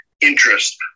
interest